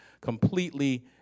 completely